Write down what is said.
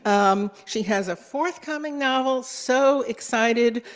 um, she has a forthcoming novel, so excited,